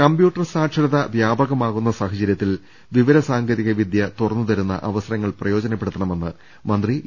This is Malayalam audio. കമ്പ്യൂട്ടർ സാക്ഷരത വ്യാപകമാകുന്ന സാഹചര്യത്തിൽ വിവര സാങ്കേതിക വിദ്യ തുറന്നുതരുന്ന അവസരങ്ങൾ പ്രയോജനപ്പെടുത്തണമെന്ന് മന്ത്രി ഇ